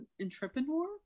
entrepreneur